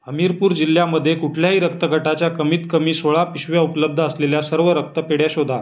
हमीरपूर जिल्ह्यामधे कुठल्याही रक्तगटाच्या कमीतकमी सोळा पिशव्या उपलब्ध असलेल्या सर्व रक्तपेढ्या शोधा